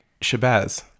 Shabazz